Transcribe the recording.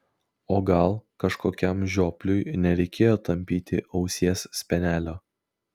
o gal kažkokiam žiopliui nereikėjo tampyti ausies spenelio